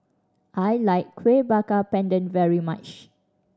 I like Kuih Bakar Pandan very much